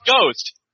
ghost